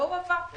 לא הועבר,